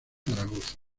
zaragoza